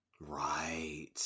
right